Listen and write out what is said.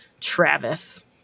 Travis